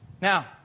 Now